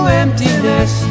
emptiness